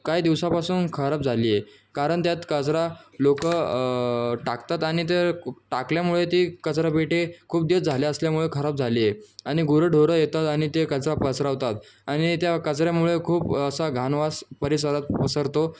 काही दिवसापासून खराब झाली आहे कारण त्यात कचरा लोकं टाकतात आणि ते टाकल्यामुळे ती कचरापेटी खूप दिवस झाले असल्यामुळे खराब झाली आहे आणि गुरंढोरं येतात आणि ते कचरा पसरवतात आणि त्या कचऱ्यामुळे खूप असा घाण वास परिसरात पसरतो